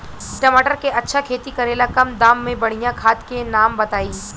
टमाटर के अच्छा खेती करेला कम दाम मे बढ़िया खाद के नाम बताई?